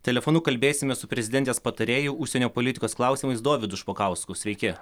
telefonu kalbėsimės su prezidentės patarėju užsienio politikos klausimais dovydu špokausku sveiki